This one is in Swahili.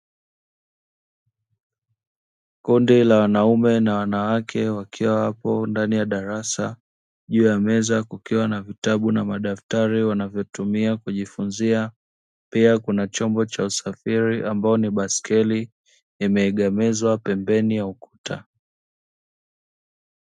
Kundi la wanaume na wanawake wakiwa wapo ndani ya darasa, juu ya meza kukiwa na vitabu na madaftari wanavyotumia kujifunzia, pia kuna chombo cha usafiri ambao ni baiskeli imeegemezwa pembeni ya ukuta.